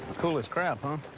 cool as crap, huh?